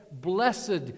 blessed